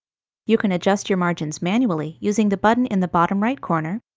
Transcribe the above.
you can adjust your margins manually using the button in the bottom right corner.